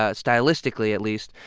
ah stylistically, at least,